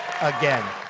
again